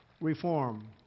reform